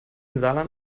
saarland